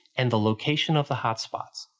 and the location of the hotspots.